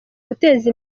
guteza